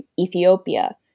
Ethiopia